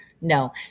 no